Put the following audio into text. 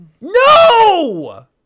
No